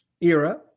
era